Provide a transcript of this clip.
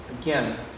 again